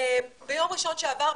ביום ראשון שעבר,